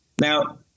Now